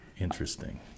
Interesting